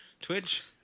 Twitch